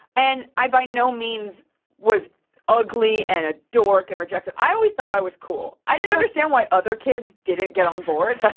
and i by no means was ugly and a dork and rejected. i always thought i was cool. i didn't understand why other kids didn't get on board.